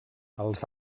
els